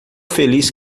feliz